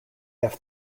have